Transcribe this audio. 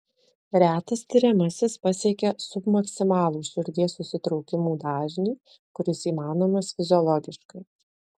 retas tiriamasis pasiekia submaksimalų širdies susitraukimų dažnį kuris įmanomas fiziologiškai